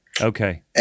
Okay